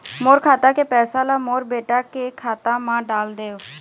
मोर खाता के पैसा ला मोर बेटा के खाता मा डाल देव?